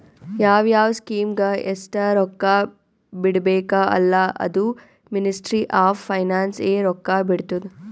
ಯಾವ್ ಯಾವ್ ಸ್ಕೀಮ್ಗ ಎಸ್ಟ್ ರೊಕ್ಕಾ ಬಿಡ್ಬೇಕ ಅಲ್ಲಾ ಅದೂ ಮಿನಿಸ್ಟ್ರಿ ಆಫ್ ಫೈನಾನ್ಸ್ ಎ ರೊಕ್ಕಾ ಬಿಡ್ತುದ್